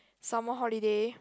summer holiday